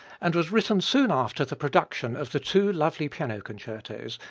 and was written soon after the production of the two lovely piano concertos,